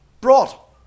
brought